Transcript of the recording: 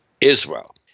Israel